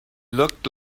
looked